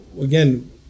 again